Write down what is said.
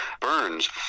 Burns